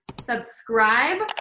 subscribe